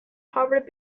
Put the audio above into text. harvard